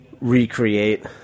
recreate